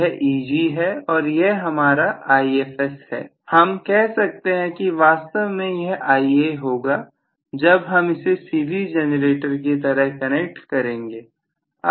यह Eg है और यह हमारा Ifs है हम कह सकते हैं कि वास्तव में यह Ia होगा जब हम इसे सीरीज जनरेटर की तरह कनेक्ट करेंगे